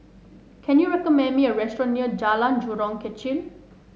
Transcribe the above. can you recommend me a restaurant near Jalan Jurong Kechil